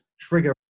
trigger